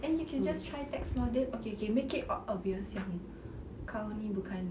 then you can just try text okay okay make it obvious yang kau ni bukan